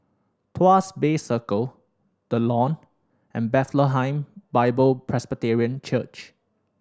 Tuas Bay Circle The Lawn and Bethlehem Bible Presbyterian Church